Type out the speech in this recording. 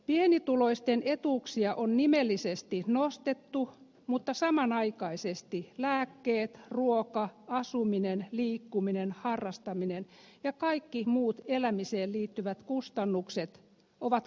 pienituloisten etuuksia on nimellisesti nostettu mutta samanaikaisesti lääkkeet ruoka asuminen liikkuminen harrastaminen ja kaikki muut elämiseen liittyvät kustannukset ovat kallistuneet